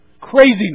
Craziness